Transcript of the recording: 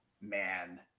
man